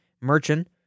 Merchant